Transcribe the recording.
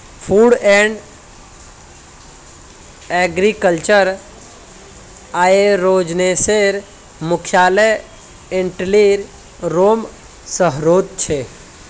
food and agriculture आर्गेनाईजेशनेर मुख्यालय इटलीर रोम शहरोत छे